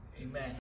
amen